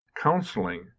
Counseling